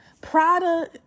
prada